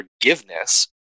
forgiveness